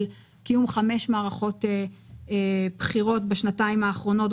של קיום חמש מערכות בחירות בשנתיים האחרונות,